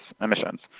emissions